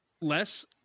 less